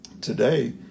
today